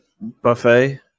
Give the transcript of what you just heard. buffet